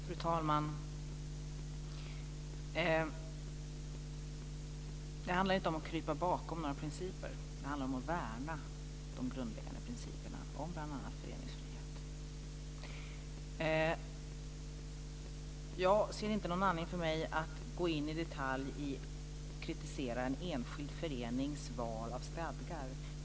Fru talman! Det handlar inte om att krypa bakom några principer, utan det handlar om att värna de grundläggande principerna om bl.a. föreningsfrihet. Jag ser inte någon anledning för mig att gå in i detalj och kritisera en enskild förenings val av stadgar.